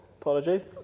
apologies